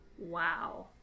Wow